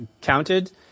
counted